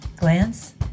Glance